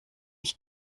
ich